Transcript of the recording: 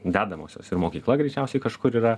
dedamosios ir mokykla greičiausiai kažkur yra